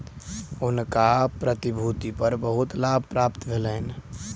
हुनका प्रतिभूति पर बहुत लाभ प्राप्त भेलैन